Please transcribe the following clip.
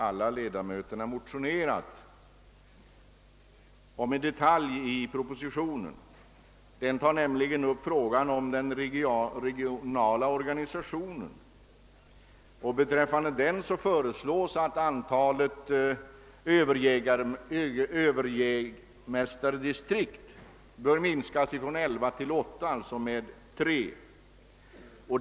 Alla ledamöter därifrån har motionerat om en detalj i propositionen. I propositionen tas frågan om den regionala organisationen upp, och det föreslås att antalet överjägmästardistrikt skall minskas från 11 till 8, d.v.s. med 3.